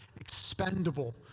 expendable